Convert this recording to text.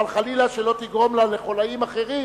אבל חלילה שלא תגרום לחוליים אחרים,